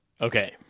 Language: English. Okay